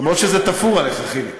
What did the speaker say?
למרות שזה תפור עליך, חיליק.